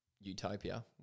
utopia